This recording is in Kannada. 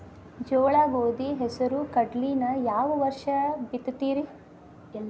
ಜೋಳ, ಗೋಧಿ, ಹೆಸರು, ಕಡ್ಲಿನ ಯಾವ ವರ್ಷ ಬಿತ್ತತಿರಿ?